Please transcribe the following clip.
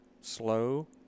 slow